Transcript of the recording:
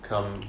come